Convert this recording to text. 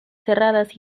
cerradas